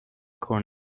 corn